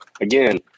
again